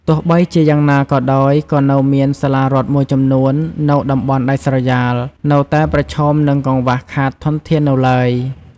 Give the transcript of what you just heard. ទោះបីជាយ៉ាងណាក៏ដោយ ក៏នៅមានសាលារដ្ឋមួយចំនួននៅតំបន់ដាច់ស្រយាលនៅតែប្រឈមនឹងកង្វះខាតធនធាននៅឡើយ។